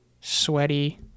Sweaty